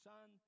Son